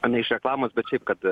ne iš reklamos bet šiaip kad